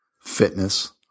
fitness